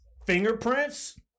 fingerprints